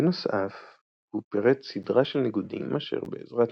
בנוסף הוא פירט סדרה של ניגודים אשר בעזרת